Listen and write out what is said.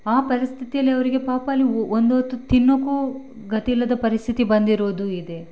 ಆ ಪರಿಸ್ಥಿತಿಯಲ್ಲಿ ಅವರಿಗೆ ಪಾಪ ಅಲ್ಲಿ ಒ ಒಂದು ಹೊತ್ತು ತಿನ್ನೋಕ್ಕೂ ಗತಿ ಇಲ್ಲದ ಪರಿಸ್ಥಿತಿ ಬಂದಿರೋದು ಇದೆ